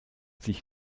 sich